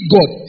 God